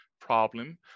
problem